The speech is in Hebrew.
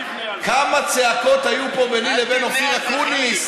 כמה צעקות היו פה ביני לבין אופיר אקוניס,